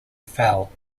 fell